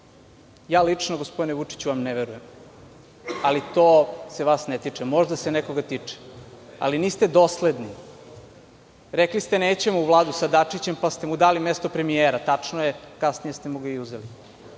Lično, gospodine Vučiću ja vam ne verujem ali to se vas ne tiče, možda se nekoga tiče, ali niste dosledni. Rekli ste – nećemo u Vladu sa Dačićem, pa ste mu dali mesto premijera. Tačno je, kasnije ste mu ga i uzeli.